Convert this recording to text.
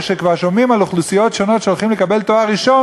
כששומעים על אוכלוסיות שונות שכבר הולכות לקבל תואר ראשון,